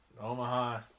Omaha